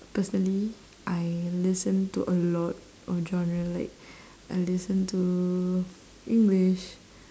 personally I listen to a lot of genre like I listen to english